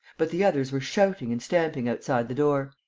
but the others were shouting and stamping outside the door.